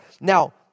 Now